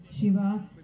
Shiva